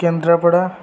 Kendrapara